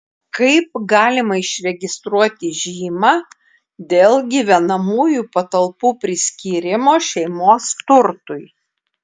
kaip galima išregistruoti žymą dėl gyvenamųjų patalpų priskyrimo šeimos turtui